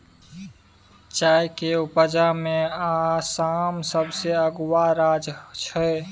चाय के उपजा में आसाम सबसे अगुआ राज्य छइ